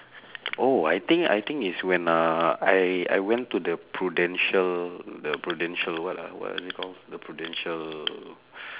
oh I think I think it's when uh I I went to the prudential the prudential what ah what is it called the prudential